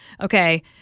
okay